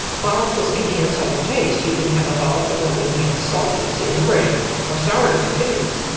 volatiles can enhance other tastes, you can have a volatile that will enhance saltiness in the brain or sourness or bitterness,